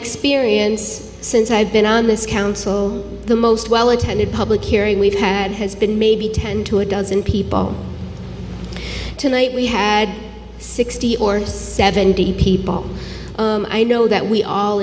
experience since i've been on this council the most tended public hearing we've had has been maybe ten to a dozen people tonight we had sixty or seventy people i know that we all